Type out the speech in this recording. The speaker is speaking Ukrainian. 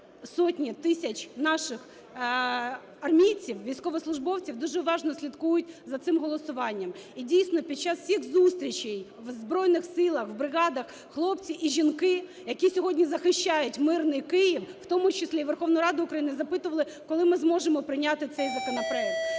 сотні тисяч наших армійців, військовослужбовців дуже уважно слідкують за цим голосуванням, і, дійсно, під час всіх зустрічей у Збройних Силах, у бригадах хлопці і жінки, які сьогодні захищають мирний Київ, в тому числі Верховну Раду України, запитували: коли ми зможемо прийняти цей законопроект?